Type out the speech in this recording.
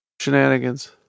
Shenanigans